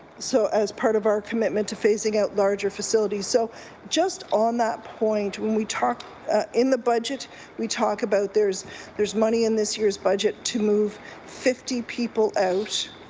so as part of our commitment to phasing out larger facilities, so just on that point when we talk in the budget we talk about there's there's money in this year's budget to move fifty people out